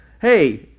Hey